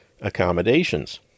accommodations